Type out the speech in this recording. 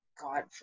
God